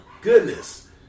goodness